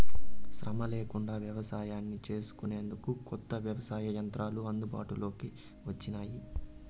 శ్రమ లేకుండా వ్యవసాయాన్ని చేసుకొనేందుకు కొత్త వ్యవసాయ యంత్రాలు అందుబాటులోకి వచ్చినాయి